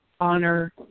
honor